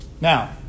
Now